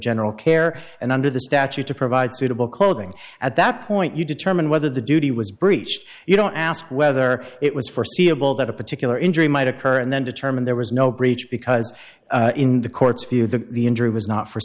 general care and under the statute to provide suitable clothing at that point you determine whether the duty was breached you don't ask whether it was forseeable that a particular injury might occur and then determine there was no breach because in the court's view that the injury was not for